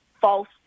false